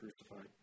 crucified